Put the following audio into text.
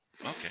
Okay